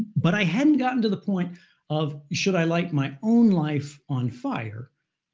but i hadn't gotten to the point of, should i light my own life on fire.